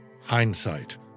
Hindsight